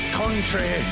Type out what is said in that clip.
country